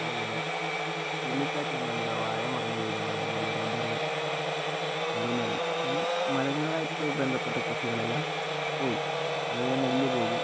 അതേപോലെ ചുരുളികാറ്റ് വന്ന് നമ്മുടെ വാഴ മറിഞ്ഞ് വീഴും അതേപോലെ റബ്ബർ റബ്ബർ മരം അങ്ങനെ മരങ്ങളായിട്ട് ബന്ധപ്പെട്ട കൃഷികളെല്ലാം പോയി അതേപോലെ നെല്ല് പോകും